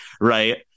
right